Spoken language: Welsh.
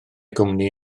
gwmni